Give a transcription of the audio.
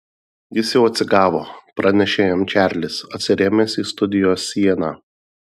jis jau atsigavo pranešė jam čarlis atsirėmęs į studijos sieną